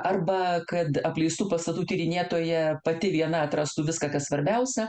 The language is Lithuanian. arba kad apleistų pastatų tyrinėtoja pati viena atrastų viską kas svarbiausia